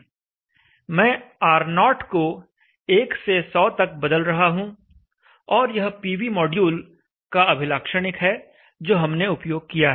मैं R0 को 1 से 100 तक बदल रहा हूं और यह पीवी मॉड्यूल का अभिलाक्षणिक है जो हमने उपयोग किया है